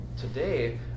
today